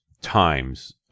times